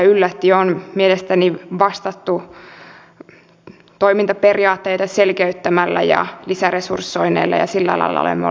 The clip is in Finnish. tässä on saatavissa myös merkittäviä säästöjä sillä alalla olemaan